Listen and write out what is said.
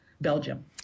Belgium